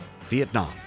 Vietnam